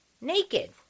naked